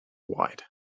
white